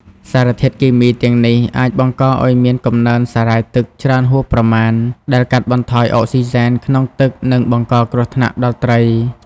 សារធាតុគីមីទាំងនេះអាចបង្កឱ្យមានកំណើនសារ៉ាយទឹកច្រើនហួសប្រមាណ ដែលកាត់បន្ថយអុកស៊ីហ្សែនក្នុងទឹក និងបង្កគ្រោះថ្នាក់ដល់ត្រី។